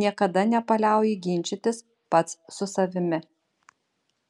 niekada nepaliauji ginčytis pats su savimi